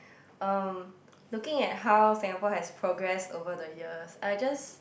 um looking at how Singapore has progressed over the years I just